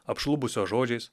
apšlubusio žodžiais